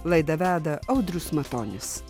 laidą veda audrius matonis